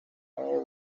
all